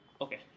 okay